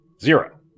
zero